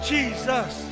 Jesus